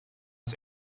das